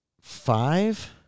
Five